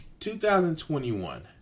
2021